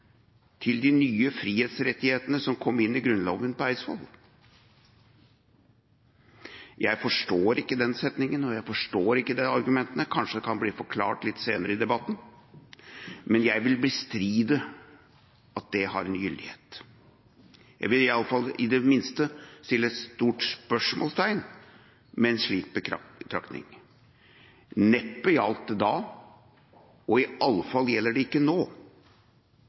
til de nye frihetsrettighetene som kom inn i Grunnloven på Eidsvold». Jeg forstår ikke den setningen, og jeg forstår ikke det argumentet – kanskje det kan bli forklart litt senere i debatten. Men jeg vil bestride at det har en gyldighet. Jeg vil iallfall i det minste sette et stort spørsmålstegn ved en slik betraktning. Neppe gjaldt det da, og i alle fall gjelder det ikke nå.